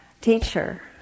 teacher